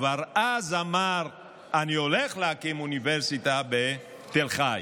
כבר אז אמר: אני הולך להקים אוניברסיטה בתל חי.